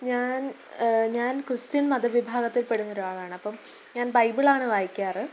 ഞാൻ ഞാൻ ക്രിസ്ത്യൻ മതവിഭാഗത്തിൽപ്പെടുന്ന ഒരാളാണ് അപ്പം ഞാൻ ബൈബിൾ ആണ് വായിക്കാറ്